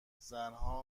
زنها